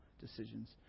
decisions